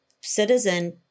citizen